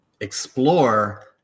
explore